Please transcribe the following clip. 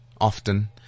often